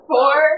Four